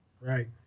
Right